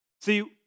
See